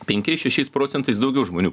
penkiais šešiais procentais daugiau žmonių